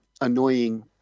annoying